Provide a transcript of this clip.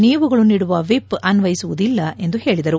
ನೀವುಗಳು ನೀಡುವ ವಿಪ್ ಅನ್ವಯಿಸುವುದಿಲ್ಲ ಎಂದು ಹೇಳಿದರು